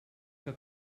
que